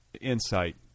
insight